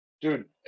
Dude